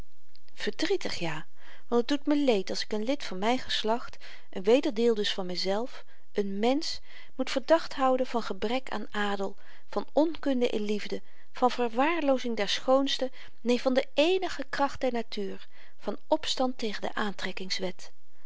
verdrietig ja want het doet me leed als ik n lid van myn geslacht n wederdeel dus van myzelf een mensch moet verdacht houden van gebrek aan adel van onkunde in liefde van verwaarloozing der schoonste neen van de eenige kracht der natuur van opstand tegen de